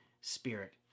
spirit